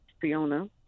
Fiona